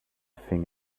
thing